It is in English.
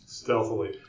stealthily